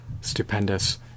stupendous